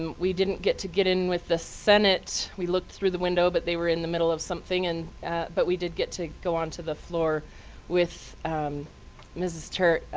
and we didn't get to get in with the senate. we looked through the window, but they were in the middle of something. and but we did get to go onto the floor with mr.